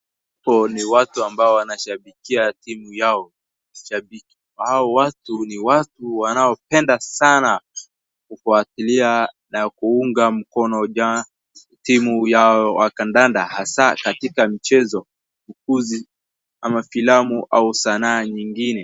Hapo ni watu ambao wanashabiki timu yao. Hao watu ni watu wanaopenda sana kufuatilia na kuunga mkono timu yao wa kandanda hasa katika michezo, ukuzi ama filamu au sanaa nyingine.